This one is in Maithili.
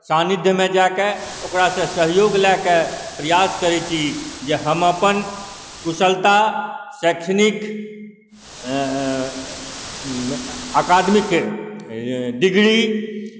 सान्निध्यमे जा कऽ ओकरासँ सहयोग लऽ कऽ प्रयास करै छी जे हम अपन कुशलता शैक्षणिक अकादमिक डिग्री